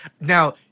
Now